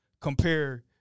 compare